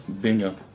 Bingo